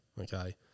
Okay